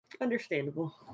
understandable